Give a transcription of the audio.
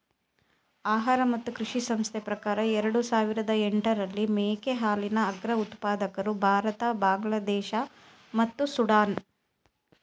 ಆಹಾರ ಮತ್ತು ಕೃಷಿ ಸಂಸ್ಥೆ ಪ್ರಕಾರ ಎರಡು ಸಾವಿರದ ಎಂಟರಲ್ಲಿ ಮೇಕೆ ಹಾಲಿನ ಅಗ್ರ ಉತ್ಪಾದಕರು ಭಾರತ ಬಾಂಗ್ಲಾದೇಶ ಮತ್ತು ಸುಡಾನ್